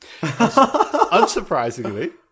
Unsurprisingly